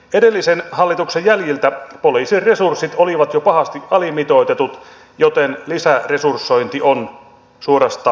edellisen hallituksen jäljiltä poliisin resurssit olivat jo pahasti alimitoitetut joten lisäresursointi on suorastaan välttämätöntä